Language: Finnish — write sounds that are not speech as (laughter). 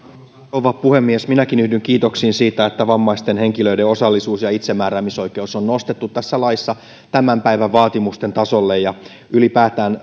rouva puhemies minäkin yhdyn kiitoksiin siitä että vammaisten henkilöiden osallisuus ja itsemääräämisoikeus on nostettu tässä laissa tämän päivän vaatimusten tasolle ja ylipäätään (unintelligible)